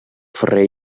ferrer